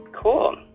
cool